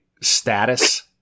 status